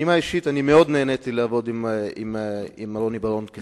ברמה האישית אני מאוד נהניתי לעבוד עם רוני בר-און כשר האוצר,